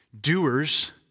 doers